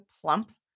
plump